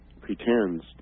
pretends